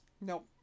Nope